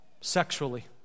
sexually